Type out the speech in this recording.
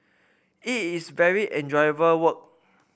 it is very enjoyable work